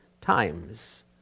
times